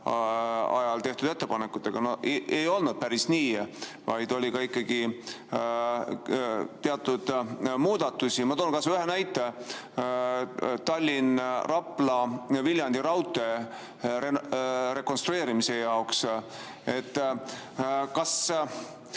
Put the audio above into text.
ajal tehtud ettepanekutega. No ei olnud päris nii, oli ka ikkagi teatud muudatusi. Ma toon kas või ühe näite: Tallinna–Rapla–Viljandi raudtee rekonstrueerimise jaoks. Kui